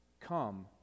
come